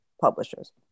publishers